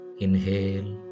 inhale